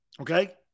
okay